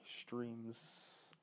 streams